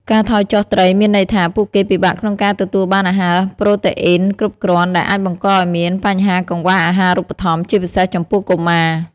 ការថយចុះត្រីមានន័យថា ពួកគេពិបាកក្នុងការទទួលបានអាហារប្រូតេអ៊ីនគ្រប់គ្រាន់ ដែលអាចបង្កឱ្យមានបញ្ហាកង្វះអាហារូបត្ថម្ភ ជាពិសេសចំពោះកុមារ។